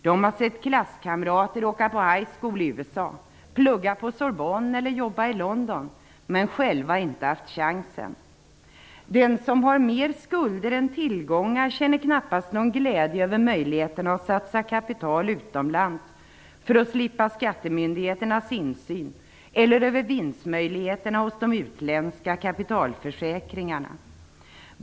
De har sett klasskamrater åka till high school i USA, till studier på Sorbonne eller jobb i London men har själva inte haft chansen. Den som har mer skulder än tillgångar känner knappast någon glädje över möjligheterna att satsa kapital utomlands för att slippa skattemyndigheternas insyn eller över vinstmöjligheterna i de utländska kapitalförsäkringarna.